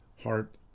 heart